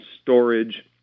storage